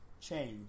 change